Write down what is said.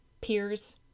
peers